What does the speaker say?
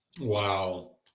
Wow